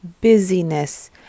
busyness